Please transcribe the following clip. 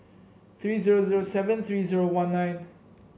three zero zero seven three zero one nine